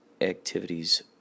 activities